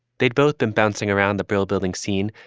they'd both been bouncing around the brill building scene,